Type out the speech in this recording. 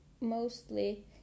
mostly